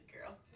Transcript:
girl